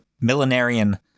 millenarian